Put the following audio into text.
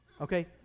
Okay